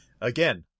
Again